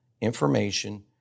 information